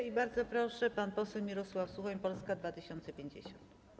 I bardzo proszę, pan poseł Mirosław Suchoń, Polska 2050.